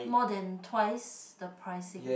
more than twice the pricing